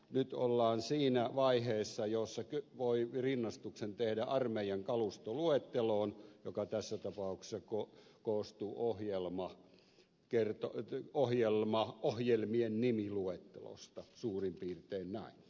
nyt ollaan siinä vaiheessa jossa voi rinnastuksen tehdä armeijan kalustoluetteloon joka tässä tapauksessa koostuu ohjelmien nimiluettelosta suurin piirtein näin